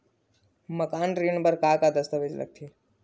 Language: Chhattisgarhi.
मकान ऋण बर का का दस्तावेज लगथे?